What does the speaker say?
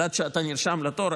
אז עד שאתה נרשם לתור,